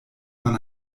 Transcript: man